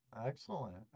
Excellent